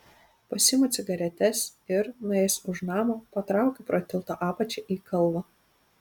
pasiimu cigaretes ir nuėjęs už namo patraukiu pro tilto apačią į kalvą